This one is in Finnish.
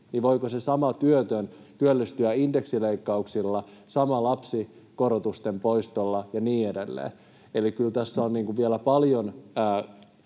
voiko se sama työtön työllistyä indeksileikkauksilla, sama lapsikorotusten poistolla ja niin edelleen? Eli kyllä tässä on vielä paljon